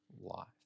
life